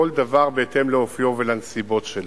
כל דבר בהתאם לאופיו ולנסיבות שלו.